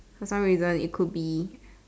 for some reason it could be